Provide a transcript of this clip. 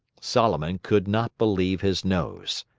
solomon could not believe his nose.